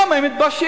היום הם מתביישים.